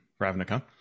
Ravnica